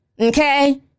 Okay